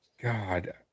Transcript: God